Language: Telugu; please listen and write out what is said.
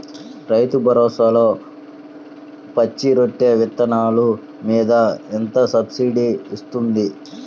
రైతు భరోసాలో పచ్చి రొట్టె విత్తనాలు మీద ఎంత సబ్సిడీ ఇస్తుంది?